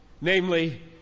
namely